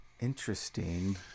Interesting